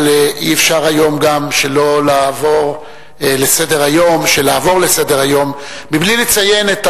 אבל אי-אפשר היום לעבור לסדר-היום מבלי לציין את